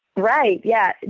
right, yeah.